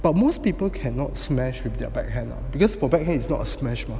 but most people cannot smash with their backhand lah because perfect !hey! it's not a smash mah